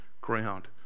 ground